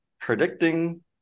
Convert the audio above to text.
predicting